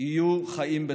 יהיו חיים בטוחים.